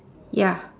ya